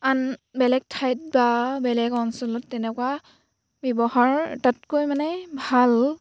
আন বেলেগ ঠাইত বা বেলেগ অঞ্চলত তেনেকুৱা ব্যৱহাৰ তাতকৈ মানে ভাল